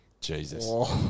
Jesus